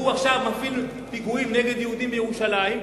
ועכשיו הוא מפעיל פיגועים נגד יהודים בירושלים,